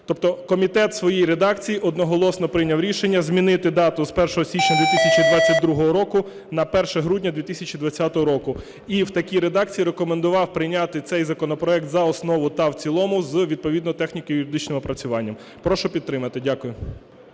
Тобто комітет в своїй редакції одноголосно прийняв рішення змінити дату з 1 січня 2022 року на 1 грудня 2020 року, і в такій редакції рекомендував прийняти цей законопроект за основу та в цілому з відповідним техніко-юридичним опрацюванням. Прошу підтримати. Дякую.